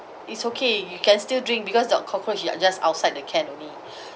it's okay you can still drink because the cockroach just outside the can only